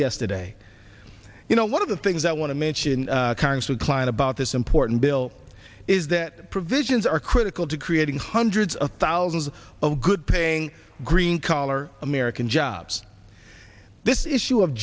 yesterday you know one of the things i want to mention congress was klein about this important bill is that provisions are critical to creating hundreds of thousands of good paying green collar american jobs this issue of